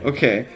Okay